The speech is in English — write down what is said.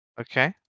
Okay